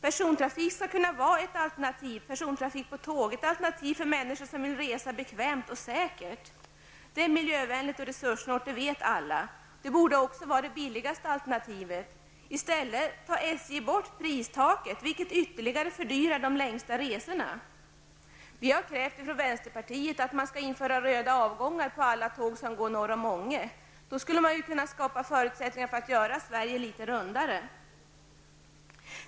Persontrafik med tåg skall kunna vara ett alternativ för människor som vill resa bekvämt och säkert. Det är miljövänligt och resurssnålt och det vet alla. Det borde också vara det billigaste alternativet, men i stället tar SJ bort pristaket, vilket ytterligare fördyrar de längsta resorna. Då skulle man kunna skapa förutsättningar för att göra Sverige litet rundare.